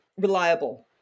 reliable